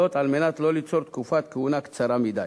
וזאת על מנת שלא ליצור תקופת כהונה קצרה מדי.